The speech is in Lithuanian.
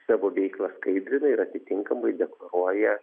savo veiklą skaidrina ir atitinkamai deklaruoja